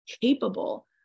capable